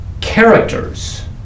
characters